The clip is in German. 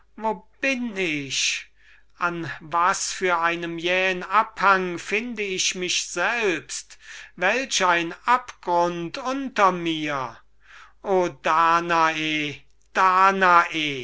bin ich an was für einem jähen abhang find ich mich selbst welch einen abgrund unter mir o danae danae